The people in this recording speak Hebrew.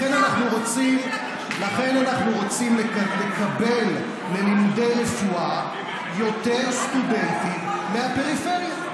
לכן אנחנו רוצים לקבל ללימודי רפואה יותר סטודנטים מהפריפריה.